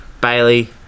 Bailey